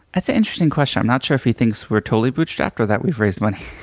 that's an interesting question. i'm not sure if he thinks we're totally bootstrapped or that we've raised money.